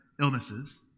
illnesses